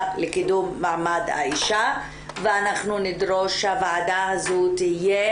לקידום מעמד האישה ואנחנו נדרוש שהוועדה הזו תהיה